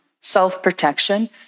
self-protection